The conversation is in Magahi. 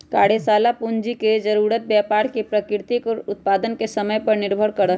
कार्यशाला पूंजी के जरूरत व्यापार के प्रकृति और उत्पादन के समय पर निर्भर करा हई